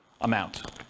amount